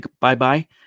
bye-bye